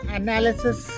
analysis